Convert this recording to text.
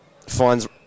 Finds